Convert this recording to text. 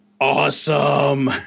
awesome